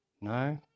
No